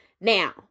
Now